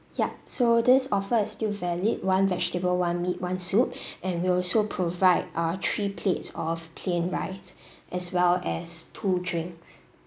yup so this offer is still valid one vegetable one meat one soup and we also provide uh three plates of plain rice as well as two drinks